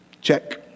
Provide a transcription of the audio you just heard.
Check